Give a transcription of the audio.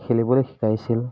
খেলিবলৈ শিকাইছিল